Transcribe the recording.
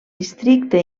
districte